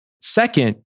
Second